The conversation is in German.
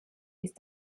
ist